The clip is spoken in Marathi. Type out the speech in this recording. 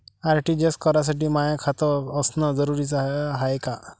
आर.टी.जी.एस करासाठी माय खात असनं जरुरीच हाय का?